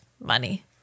money